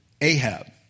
Ahab